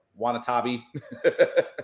Wanatabi